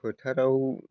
फोथाराव